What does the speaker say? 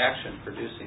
action-producing